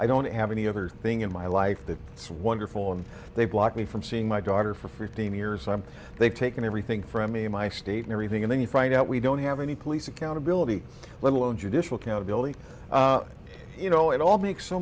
i don't have any other thing in my life that it's wonderful and they block me from seeing my daughter for fifteen years i'm they've taken everything from me in my state and everything and then you find out we don't have any police accountability let alone judicial accountability you know it all makes so